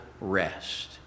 rest